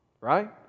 Right